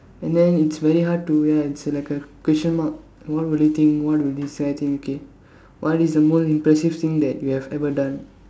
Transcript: and then it's very hard to ya it's like a question mark what will they think what will this guy think okay what is the most impressive thing that you have ever done